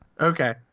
Okay